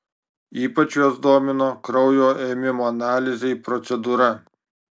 ypač juos domino kraujo ėmimo analizei procedūra